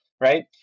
right